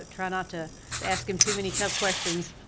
ah try not to ask him too many tough questions.